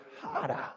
harder